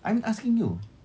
I'm asking you